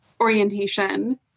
orientation